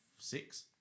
six